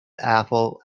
apple